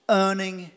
earning